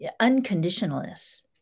unconditionalness